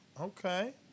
Okay